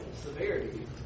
severity